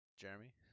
jeremy